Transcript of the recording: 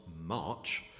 March